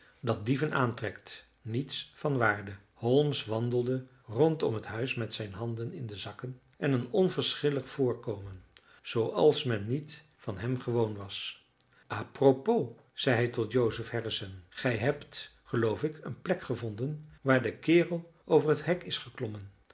dat de dieven aantrekt niets van waarde holmes wandelde rondom het huis met zijn handen in de zakken en een onverschillig voorkomen zooals men niet van hem gewoon was a propos zeide hij tot joseph harrison gij hebt geloof ik een plek gevonden waar de kerel over het hek is geklommen